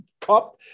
cup